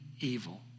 evil